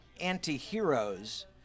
anti-heroes